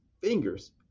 fingers